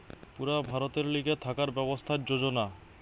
পুরা ভারতের লিগে থাকার ব্যবস্থার যোজনা